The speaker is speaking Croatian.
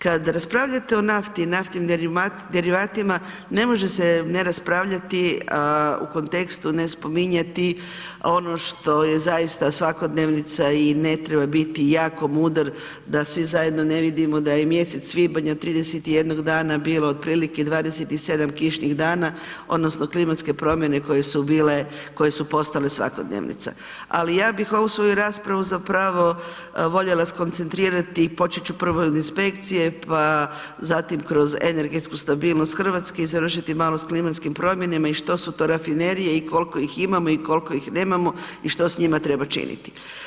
Kad raspravljate o nafti i naftnim derivatima, ne može se ne raspravljati u kontekstu ne spominjati ono što je zaista svakodnevica i ne treba biti jako mudar da svi zajedno ne vidimo da je mjesec svibanj od 31 dana bilo otprilike 27 kišnih dana odnosno klimatske promjene koje su postale svakodnevica ali ja bih ovu svoju raspravu zapravo voljela skocentrirati i počet ću prvo od inspekcije pa zatim kroz energetsku stabilnost Hrvatske i završiti malo sa klimatskim promjenama i što su to rafinerije i koliko ih imamo i koliko ih nemamo i što s njima treba činiti.